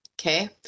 okay